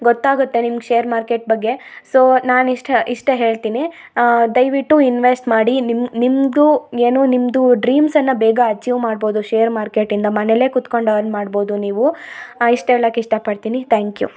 ಗೊತ್ತಾಗತ್ತೆ ನಿಮ್ಮ share market ಬಗ್ಗೆ ಸೊ ನಾನು ಇಷ್ಟು ಇಷ್ಟೇ ಹೇಳ್ತೀನಿ ದಯವಿಟ್ಟು ಇನ್ವೆಸ್ಟ್ ಮಾಡಿ ನಿಮ್ಮ ನಿಮ್ಮದು ಏನು ನಿಮ್ಮದು ಡ್ರೀಮ್ಸ್ ಅನ್ನ ಬೇಗ ಅಚೀವ್ ಮಾಡ್ಬೋದು ಶೇರ್ ಮಾರ್ಕೆಟಿಂದ ಮನೇಲೆ ಕುತ್ಕೊಂಡು ಅರ್ನ್ ಮಾಡ್ಬೋದು ನೀವು ಇಷ್ಟ್ ಹೇಳಕ್ ಇಷ್ಟಪಡ್ತೀನಿ ತ್ಯಾಂಕ್ ಯು